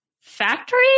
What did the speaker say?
factory